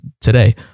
today